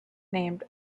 named